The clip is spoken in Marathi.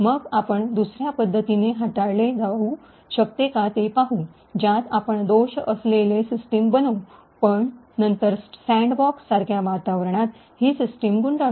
मग आपण दुसऱ्या पद्धतीने हाताळले जाऊ शकते का ते पाहू ज्यात आपण दोष असलेले सिस्टम बनवू पण नंतर सँडबॉक्स सारख्या वातावरणात हि सिस्टम गुंडाळू